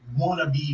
wannabe